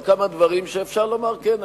על כמה דברים שאפשר לומר: כן,